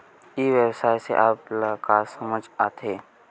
ई व्यवसाय से आप ल का समझ आथे?